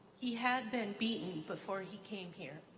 he had been beaten before he came here.